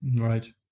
Right